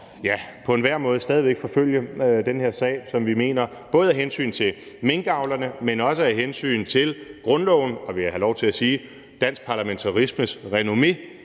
på enhver måde stadig væk forfølge den her sag, som vi mener både af hensyn til minkavlerne, men også af hensyn til grundloven og – må jeg have lov til at sige – dansk parlamentarismes renommé